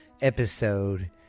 episode